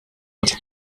hat